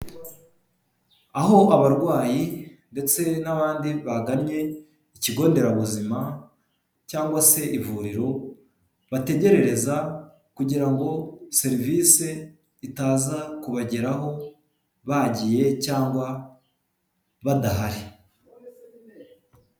Aho abarwayi ndetse n'abandi baganye ikigonderabuzima cyangwa se ivuriro, bategerereza kugira ngo serivisi itaza kubageraho bagiye cyangwa badahari.